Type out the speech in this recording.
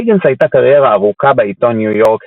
להיגינס הייתה קריירה ארוכה בעיתון ניו יורק